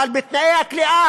אבל בתנאי הכליאה,